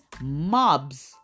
mobs